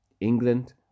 England